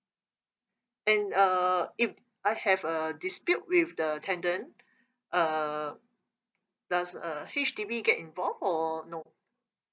and uh if I have a dispute with the tenant uh does uh H_D_B get involved or no